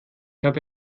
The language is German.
habe